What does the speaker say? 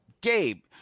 Gabe